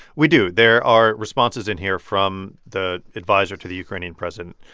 we do. there are responses in here from the adviser to the ukrainian president.